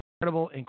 incredible